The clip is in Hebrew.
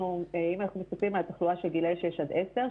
אם אנחנו מסתכלים על התחלואה של גילאי 6 עד 10,